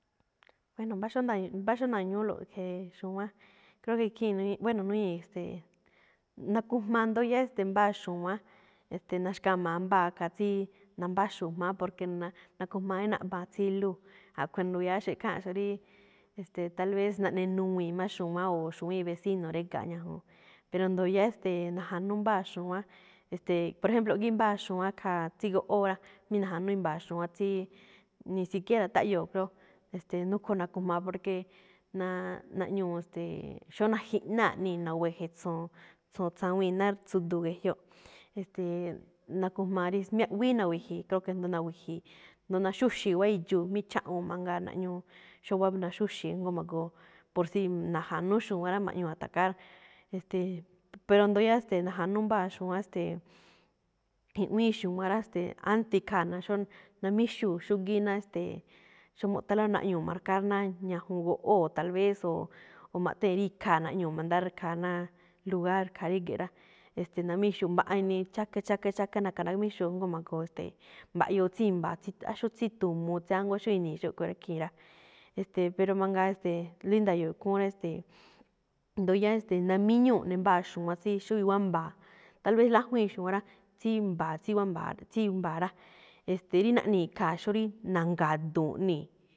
Bueno, mbá xó nda̱yo̱-mbá xó nda̱ñu̱úlo̱ꞌ, the̱e̱, xu̱wa̱án, creo que ikhii̱n nuñíi, bueno nuñíi̱, e̱ste̱e̱, nakujma ndó yáá mbáa xu̱wán, e̱ste̱e̱, naxkama̱a mbáa khaa tsíí nambáxu̱u̱ꞌ jma̱á porque na- nakujma é naꞌmba̱a̱n tsiluu̱. A̱ꞌkhue̱ ndu̱ya̱áxo̱ꞌ ikháanꞌxo̱ꞌ ríí, e̱ste̱e̱, tal vez naꞌnenuwii̱n má xuwán o xu̱wíin vecino réga̱a̱ ñajuu̱n. Pero ndo yáá, e̱ste̱e̱, naja̱nú mbáa xu̱wán, e̱ste̱e̱, por ejemplo, ꞌgí mbáa xu̱wán khaa tsí goꞌwóo rá, mí na̱ja̱nú i̱mba̱a̱ xu̱wán tsíí ni siquiera táꞌyoo̱ xóó, e̱ste̱e̱, núkho̱ nakujma porque naa- naꞌñuu̱, ste̱e̱, xóo najiꞌnáa̱ ꞌnii̱, na̱we̱je̱ tso̱o̱n, tso̱o̱n tsa̱wii̱n ná tsu̱du̱u̱ ge̱jyoꞌ, e̱ste̱e̱, nakujma rí miéꞌ, buína̱ wi̱ji̱i̱, creo que jndo na̱wi̱ji̱i̱, jndo naxúxi̱i̱ wáa idxu̱u̱, mí cháꞌwuu̱n mangaa naꞌñuu xóo wáa má naxúxi̱i̱ jngóo ma̱goo, por si na̱ja̱nú xu̱wán rá, ma̱ꞌñuu̱ atacar, e̱ste̱e̱. Pero jndo yáá, ste̱e̱, na̱ja̱nú mbáa xu̱wán ste̱e̱, i̱ꞌwíin xu̱wán rá, ste̱e̱, ante ikhaa̱ na- xóo namíxuu̱ xúgíí náa, ste̱e̱, xóo mu̱ꞌthánló rá, naꞌñuu̱ marcar náa ñajuun goꞌwóo̱, tal vez o maꞌthée̱n rí ikhaa̱ naꞌñuu̱ mandar rkhaa náa lugar, khaa rége̱ꞌ rá, e̱ste̱e̱, namíxuu̱. Mbaꞌa inii chaka, chaka, chaka na̱ka̱ ramíxuu̱, jngóo ma̱goo e̱ste̱e̱, mba̱ꞌyoo tsí i̱mba̱a̱ tsída̱ꞌ, xóo tsítu̱muu tsiánguá xóo ini̱i̱ xúꞌkhue̱n rá, khii̱n rá. E̱ste̱e̱ pero mangaa e̱ste̱e̱, rí nda̱yo̱o̱ ikhúún rá, e̱ste̱e̱, ndo yáá namíñúu̱ ꞌne mbáa xu̱wán tsí xóo i̱wa̱á mba̱a̱, tal vez lájwíin xu̱wán rá, tsí mba̱a̱ tsí wáa mba̱a̱ ne̱, tsí mba̱a̱ rá, e̱ste̱e̱, rí naꞌnii̱ khaa̱ xóo rí na̱nga̱du̱u̱n ꞌni̱i.